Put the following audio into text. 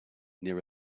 near